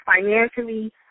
financially